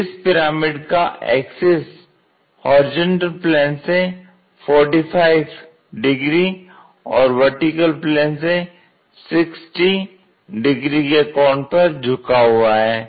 इस पिरामिड का axis HP से 45 डिग्री और VP से 60 डिग्री के कोण पर झुका हुआ है